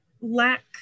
lack